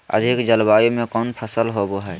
अधिक जलवायु में कौन फसल होबो है?